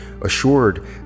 assured